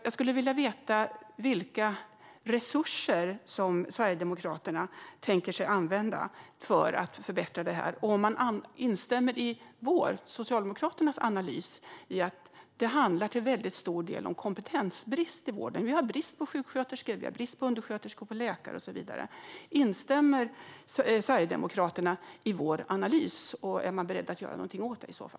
Jag skulle vilja veta vilka resurser ni i Sverigedemokraterna tänker sig att använda för att förbättra det här och om ni instämmer i Socialdemokraternas analys att det till väldigt stor del handlar om kompetensbrist i vården - brist på sjuksköterskor, undersköterskor, läkare och så vidare. Instämmer Sverigedemokraterna i vår analys, och är ni i så fall beredda att göra något åt detta?